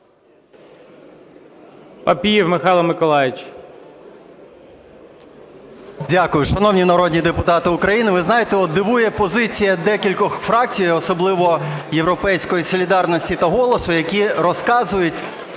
Дякую. Шановні народні депутати України, ви знаєте, от дивує позиція декількох фракцій, особливо "Європейської солідарності" та "Голосу", які розказують,